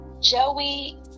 Joey